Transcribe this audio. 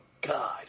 God